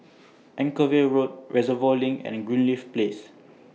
Anchorvale Road Reservoir LINK and Greenleaf Place